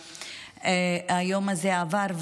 היום הזה עבר,